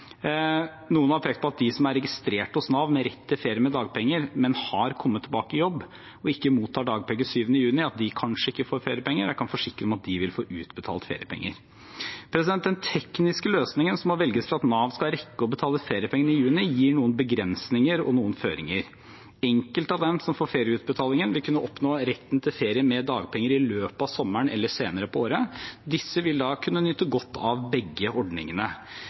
Noen har pekt på at de som er registrert hos Nav med rett til ferie med dagpenger, men som har kommet tilbake i jobb og ikke mottar dagpenger 7. juni, kanskje ikke får feriepenger. Jeg kan forsikre om at de vil få utbetalt feriepenger. Den tekniske løsningen som må velges for at Nav skal rekke å betale feriepengene i juni, gir noen begrensninger og noen føringer. Enkelte av dem som får ferieutbetalingen, vil kunne oppnå retten til ferie med dagpenger i løpet av sommeren eller senere på året. Disse vil da kunne nyte godt av begge ordningene.